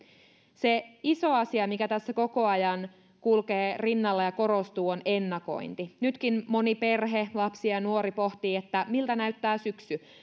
se iso asia mikä tässä koko ajan kulkee rinnalla ja korostuu on ennakointi nytkin moni perhe lapsi ja nuori pohtii miltä näyttää